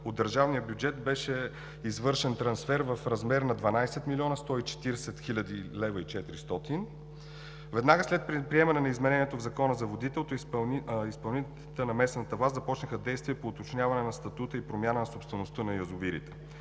от държавния бюджет беше извършен трансфер в размер на 12 млн. 140 хил. 400 лв. Веднага след предприемане на изменението в Закона за водите от изпълнителите на местната власт започнаха действия по уточняване на статута и промяна на собствеността на язовирите.